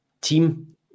team